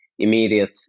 immediate